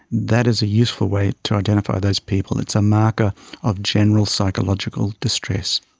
that is a useful way to identify those people. it's a marker of general psychological distress.